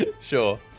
Sure